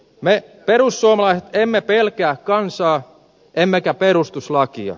me perussuomalaiset emme pelkää kansaa emmekä perustuslakia